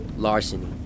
Larceny